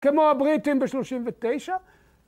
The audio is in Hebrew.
כמו הבריטים בשלושים ותשע.